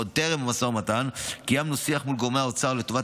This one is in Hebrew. עוד טרם המשא ומתן קיימנו שיח מול גורמי האוצר לטובת